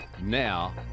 Now